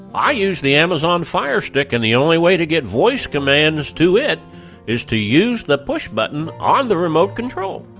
i use the amazon fire stick and the only way to get voice commands to it is to use the push a button on the remote control.